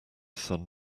sun